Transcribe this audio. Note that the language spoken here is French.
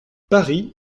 paris